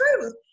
truth